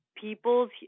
people's